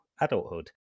adulthood